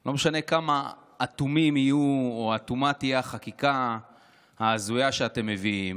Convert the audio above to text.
לא משנה כמה אטומה תהיה החקיקה שאתם מביאים,